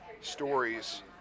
stories